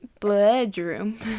bedroom